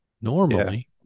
Normally